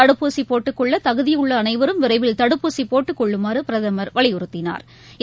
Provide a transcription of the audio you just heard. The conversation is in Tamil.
தடுப்பூசிபோட்டுக் கொள்ளதகுதியுள்ளஅளைவரும் விரைவில் தடுப்பூசிபோட்டுக் கொள்ளுமாறபிரதமர் வலியுறத்தினா்